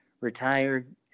retired